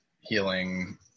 healing